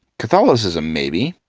catholicism maybe,